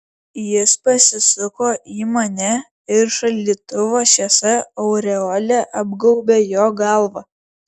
jis pasisuko į mane ir šaldytuvo šviesa aureole apgaubė jo galvą